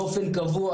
באופן קבוע.